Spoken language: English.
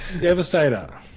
Devastator